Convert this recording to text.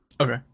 Okay